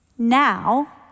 Now